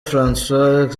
françois